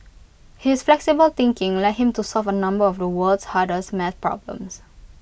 his flexible thinking led him to solve A number of the world's hardest math problems